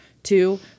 Two